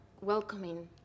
welcoming